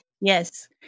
Yes